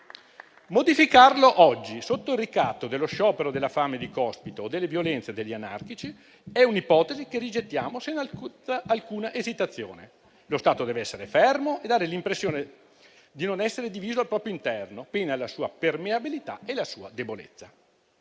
Modificarlo oggi, sotto il ricatto dello sciopero della fame di Cospito o delle violenze degli anarchici, è un'ipotesi che rigettiamo senza alcuna esitazione. Lo Stato deve essere fermo e dare l'impressione di non essere diviso al proprio interno, pena la sua permeabilità e la sua debolezza.